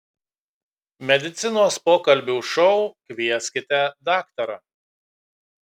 medicinos pokalbių šou kvieskite daktarą